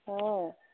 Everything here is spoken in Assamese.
অঁ